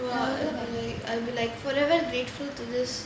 !wah! I'll be like I'll be like forever grateful to this